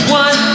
one